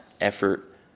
effort